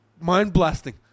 mind-blasting